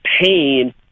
pain